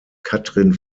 katrin